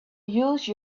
use